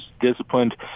disciplined